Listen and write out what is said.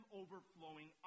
overflowing